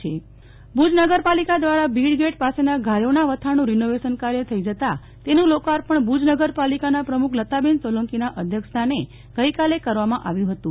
નેહલ ઠક્કર ભુજ નગરપાલિકા ભુજ નગરપાલિકા દ્વારા ભીડ ગેટ પાસેના ગાયોના વથાણનું રીનોવેશન કાર્ય થઈ જતા તેનું લોકાર્પણ ભુજ નગરપાલિકાના પ્રમુખ લતાબેન સોલંકીના અધ્યક્ષસ્થાને ગઈકાલે કરવામાં આવ્યું હતું